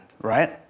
right